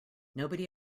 nobody